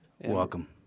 Welcome